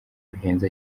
bihenze